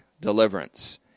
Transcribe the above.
deliverance